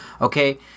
Okay